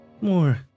more